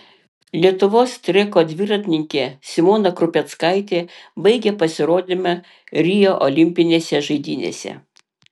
lietuvos treko dviratininkė simona krupeckaitė baigė pasirodymą rio olimpinėse žaidynėse